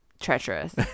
treacherous